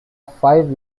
five